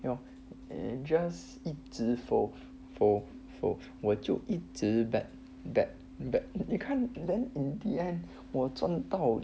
you know just 一直 fold fold fold 我就一直 bet bet bet you can't then in the end 我赚到